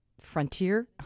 frontier